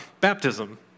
baptism